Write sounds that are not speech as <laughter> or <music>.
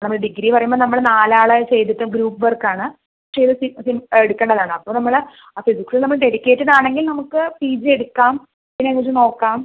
നമ്മൾ ഡിഗ്രി പറയുമ്പം നമ്മൾ നാല് ആള് ചെയ്തിട്ട് ഗ്രൂപ്പ് വർക്ക് ആണ് <unintelligible> എടുക്കണ്ടത് ആണ് അപ്പം നമ്മൾ ആ ഫിസിക്സ് നമ്മൾ ഡെഡിക്കേറ്റഡ് ആണെങ്കിൽ നമുക്ക് പിജി എടുക്കാം പിന്നെ എന്നിട്ട് നോക്കാം